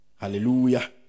hallelujah